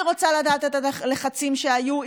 אני רוצה לדעת את הלחצים שהיו,